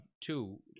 two